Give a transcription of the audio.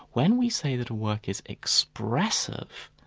when we say that a work is expressive,